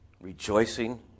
rejoicing